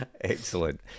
excellent